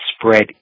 spread